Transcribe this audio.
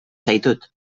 zaitut